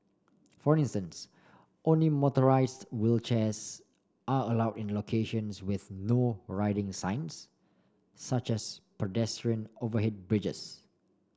for instance only motorised wheelchairs are allowed in locations with No Riding signs such as pedestrian overhead bridges